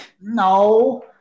No